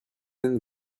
and